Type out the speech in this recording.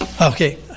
Okay